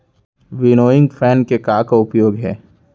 Winnowing fan के का का उपयोग हे?